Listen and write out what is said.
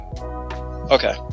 Okay